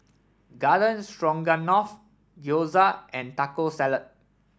Garden Stroganoff Gyoza and Taco Salad